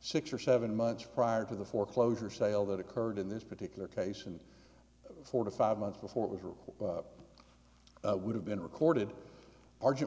six or seven months prior to the foreclosure sale that occurred in this particular case and four to five months before we were would have been recorded arg